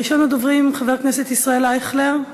ראשון הדוברים, חבר הכנסת ישראל אייכלר,